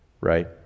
right